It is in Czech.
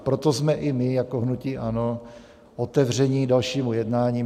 Proto jsme i my jako hnutí ANO otevření dalšímu jednání.